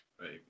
Right